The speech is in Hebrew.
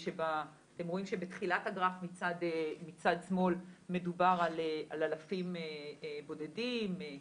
אתם רואים בתחילת הגרף מצד שמאל מדובר על אלפים בודדים,